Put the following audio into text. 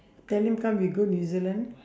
tell him come you go new-zealand